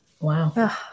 wow